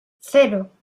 cero